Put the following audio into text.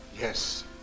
Yes